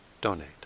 donate